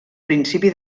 principi